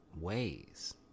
ways